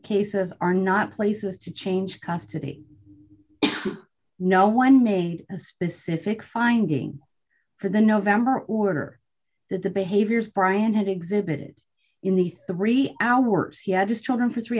cases are not places to change custody no one made a specific finding for the november order that the behaviors brian had exhibited in the three hours he had children for three